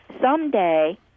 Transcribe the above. someday